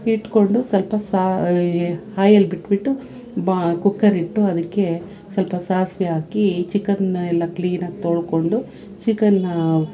ಇಟ್ಕೊಂಡು ಸ್ವಲ್ಪ ಹಾಯಲ್ ಬಿಟ್ಬಿಟ್ಟು ಬಾ ಕುಕ್ಕರ್ ಇಟ್ಟು ಅದಕ್ಕೆ ಸ್ವಲ್ಪ ಸಾಸಿವೆ ಹಾಕಿ ಚಿಕನ್ ಎಲ್ಲ ಕ್ಲೀನಾಗಿ ತೊಳ್ಕೊಂಡು ಚಿಕನ್ನಾ